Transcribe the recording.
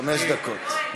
חמש דקות.